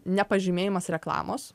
nepažymėjimas reklamos